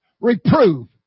reprove